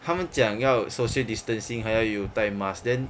他们讲要 social distancing 还要有带 mask then